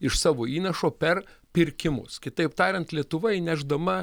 iš savo įnašo per pirkimus kitaip tariant lietuva įnešdama